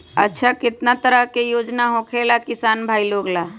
अच्छा कितना तरह के योजना होखेला किसान भाई लोग ला?